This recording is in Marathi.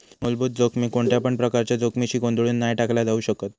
मुलभूत जोखमीक कोणत्यापण प्रकारच्या जोखमीशी गोंधळुन नाय टाकला जाउ शकत